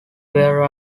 where